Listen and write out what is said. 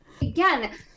Again